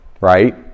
right